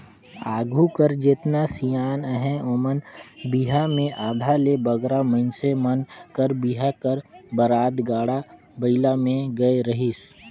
आघु कर जेतना सियान अहे ओमन कर बिहा मे आधा ले बगरा मइनसे मन कर बिहा कर बरात गाड़ा बइला मे गए रहिस